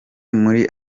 muri